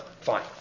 Fine